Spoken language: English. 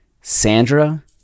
Sandra